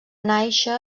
nàixer